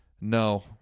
no